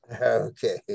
Okay